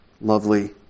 Lovely